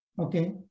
Okay